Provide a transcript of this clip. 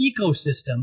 ecosystem